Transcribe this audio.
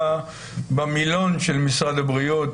במילון של משרד הבריאות,